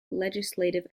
legislative